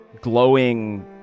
glowing